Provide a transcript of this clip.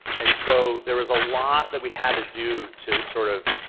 and so there was a lot that we had to do to sort of